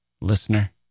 Listener